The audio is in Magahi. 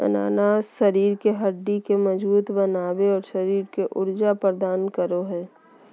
अनानास शरीर के हड्डि के मजबूत बनाबे, और शरीर के ऊर्जा प्रदान करो हइ